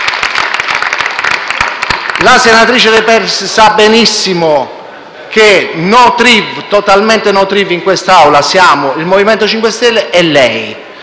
La senatrice De Petris sa benissimo che No Triv, totalmente No Triv, in questa Aula siamo il MoVimento 5 Stelle e lei.